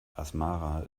asmara